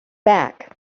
back